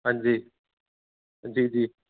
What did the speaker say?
हां जी हां जी हां जी